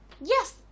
Yes